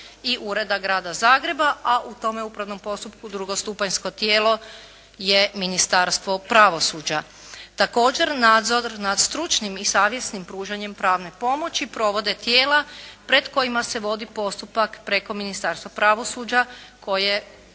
i Ureda Grada Zagreba, a u tome upravnom postupku drugostupanjsko tijelo je Ministarstvo pravosuđa. Također nadzor nad stručnim i savjesnim pružanjem pravne pomoći provode tijela pred kojima se vodi postupak preko Ministarstva pravosuđa koje